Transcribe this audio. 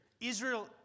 Israel